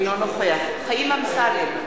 אינו נוכח חיים אמסלם,